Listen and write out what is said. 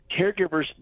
Caregivers